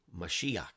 Mashiach